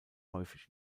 häufig